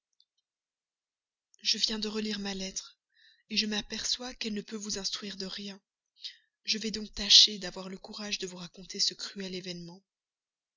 je viens de relire ma lettre je m'aperçois qu'elle ne peut vous instruire de rien je vais donc tâcher d'avoir le courage de vous raconter ce cruel événement